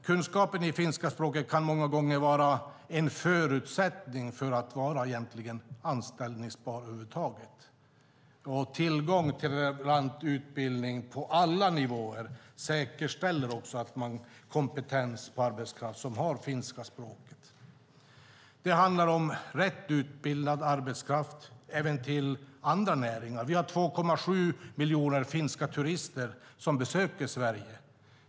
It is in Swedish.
Kunskapen i finska språket kan egentligen många gånger vara en förutsättning för att man ska vara anställbar över huvud taget. Tillgång till utbildning på alla nivåer säkerställer kompetens hos arbetskraft som har finska språket. Det handlar om rätt utbildad arbetskraft även till andra näringar. Vi har 2,7 miljoner finska turister som besöker Sverige.